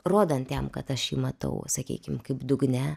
rodant jam kad aš jį matau sakykim kaip dugne